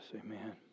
amen